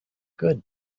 good